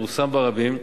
פורסם ברבים,